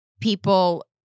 people